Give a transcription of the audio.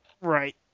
Right